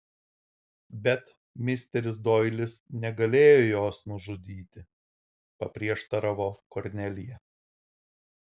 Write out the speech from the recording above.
bet misteris doilis negalėjo jos nužudyti paprieštaravo kornelija